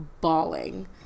bawling